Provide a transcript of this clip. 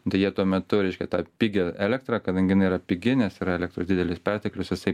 deja tuo metu reiškia tą pigią elektrą kadangi jinai yra pigi nes yra elektros didelis perteklius jisai